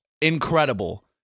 incredible